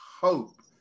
hope